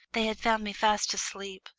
they had found me fast asleep,